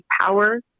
power